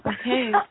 okay